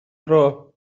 dro